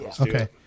Okay